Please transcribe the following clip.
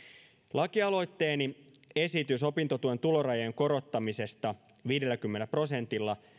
lakialoitteeni esitys opintotuen tulorajojen korottamisesta viidelläkymmenellä prosentilla